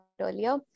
earlier